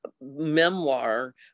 memoir